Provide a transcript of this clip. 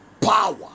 power